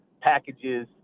packages